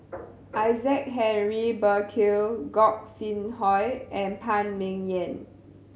Isaac Henry Burkill Gog Sing Hooi and Phan Ming Yen